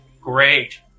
great